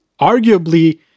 arguably